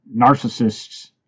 narcissists